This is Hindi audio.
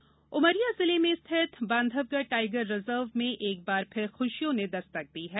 बांधवगढ़ उमरिया जिले में स्थित बांधवगढ़ टाइगर रिजर्व में एक बार फिर खुशियों ने दस्तक दी है